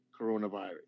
coronavirus